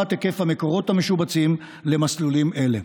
היקף המקורות המשובצים למסלולים אלה.